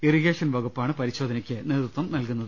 irrigation വകുപ്പാണ് പരിശോധനയ്ക്ക് നേതൃത്വം നൽകുന്നത്